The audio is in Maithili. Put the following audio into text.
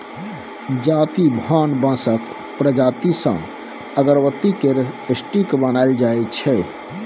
जाति भान बाँसक प्रजाति सँ अगरबत्ती केर स्टिक बनाएल जाइ छै